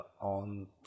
on